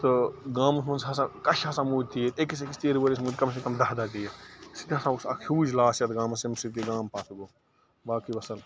تہٕ گامَس منٛز ہسا کشہِ ہسا موٗدۍ تیٖر أکِس أکِس تیٖرٕ وٲلِس موٗدۍ کَم سے کَم دَہ دَہ تیٖر سُہ تہِ ہسا اوس اَکھ ہیٛوٗج لاس یَتھ گامَس ییٚمہِ سۭتۍ یہِ گام پَتھ گوٚو باقٕے وَالسَلام